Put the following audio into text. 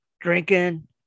drinking